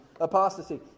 apostasy